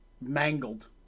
mangled